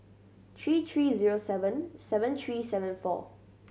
three three zero seven seven three seven four